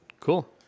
Cool